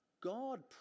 god